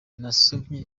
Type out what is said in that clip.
nasomye